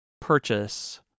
purchase